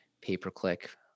pay-per-click